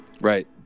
Right